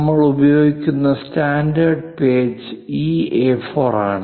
നമ്മൾ ഉപയോഗിക്കുന്ന standard page ഈ എ4 ആണ്